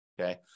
Okay